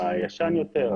הישן יותר,